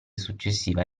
successiva